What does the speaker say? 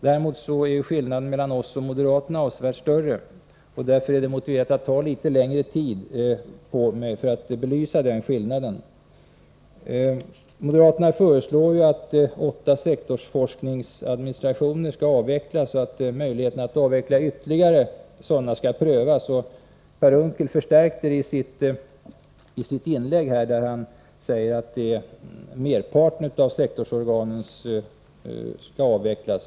Däremot är skillnaden mellan oss och moderaterna avsevärt större. Därför finner jag det motiverat att ta litet längre tid på mig för att belysa denna skillnad. Moderaterna föreslår att åtta sektorsforskningsadministrationer skall avvecklas och att möjligheten att avveckla flera sådana skall prövas. Per Unckel förstärkte detta i sitt inlägg. Han sade att merparten av sektorsorganen skall avvecklas.